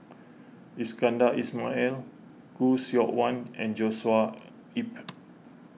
Iskandar Ismail Khoo Seok Wan and Joshua Ip